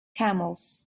camels